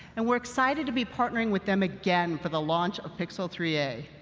and we're excited to be partnering with them again for the launch of pixel three a.